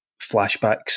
flashbacks